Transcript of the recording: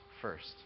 first